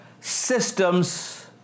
systems